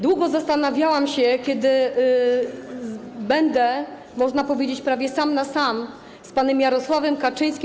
Długo zastanawiałam się, kiedy będę, można powiedzieć, prawie sam na sam z panem Jarosławem Kaczyńskim.